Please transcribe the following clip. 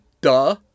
duh